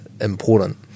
important